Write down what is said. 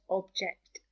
object